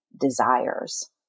desires